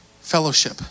fellowship